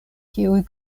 kiuj